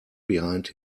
behind